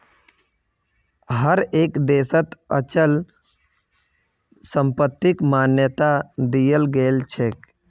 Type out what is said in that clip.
हर एक देशत अचल संपत्तिक मान्यता दियाल गेलछेक